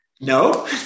No